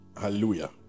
hallelujah